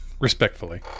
Respectfully